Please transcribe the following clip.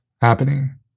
happening